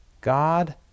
God